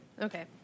Okay